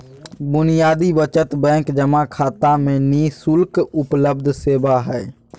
बुनियादी बचत बैंक जमा खाता में नि शुल्क उपलब्ध सेवा हइ